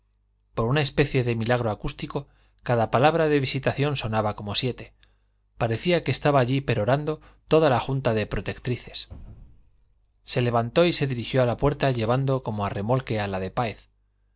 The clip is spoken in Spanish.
por una especie de milagro acústico cada palabra de visitación sonaba como siete parecía que estaba allí perorando toda la junta de protectrices se levantó y se dirigió a la puerta llevando como a remolque a la de páez